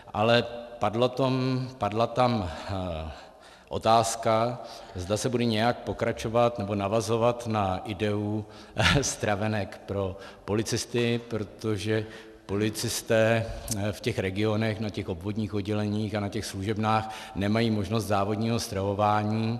Ale padla tam otázka, zda se bude nějak pokračovat nebo navazovat na ideu stravenek pro policisty, protože policisté v těch regionech, na těch obvodních odděleních a na těch služebnách nemají možnost závodního stravování.